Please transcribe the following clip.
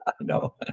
No